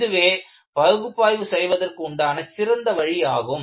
இதுவே பகுப்பாய்வு செய்வதற்கு உண்டான சிறந்த வழி ஆகும்